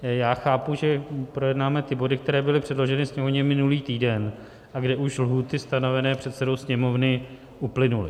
Já chápu, že projednáme ty body, které byly předloženy Sněmovně minulý týden a kde už lhůty stanovené předsedou Sněmovny uplynuly.